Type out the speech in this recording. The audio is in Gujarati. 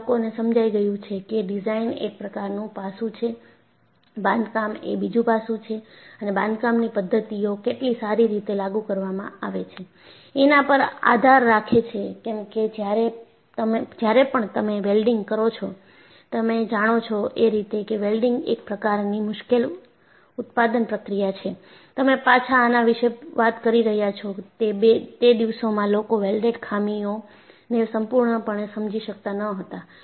જે લોકોને સમજાઈ ગયું છે કે ડિઝાઇન એક પ્રકારનું પાસું છે બાંધકામ એ બીજું પાસું છે અને બાંધકામની પદ્ધતિઓ કેટલી સારી રીતે લાગુ કરવામાં આવે છે એના પર આધાર રાખે છે કેમ કે જ્યારે પણ તમે વેલ્ડીંગ કરો છો તમે જાણો છો એ રીતે કે વેલ્ડીંગ એક પ્રકારની મુશ્કેલ ઉત્પાદન પ્રક્રિયા છે તમે પાછા આના વિશે વાત કરી રહ્યા છો તે દિવસોમાં લોકો વેલ્ડેડ ખામીઓને સંપૂર્ણપણે સમજી શકતા ન હતા